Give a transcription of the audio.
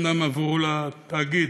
אומנם עברו לתאגיד,